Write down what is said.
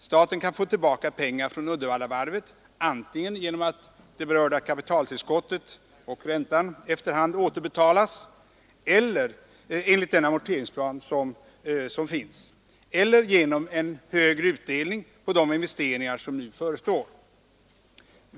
Staten kan få tillbaka pengar från Uddevallavarvet antingen genom att det berörda kapitaltillskottet och räntan efter hand återbetalas enligt den amorteringsplan som finns eller genom en högre utdelning på de investeringar som nu förestår.